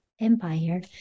empire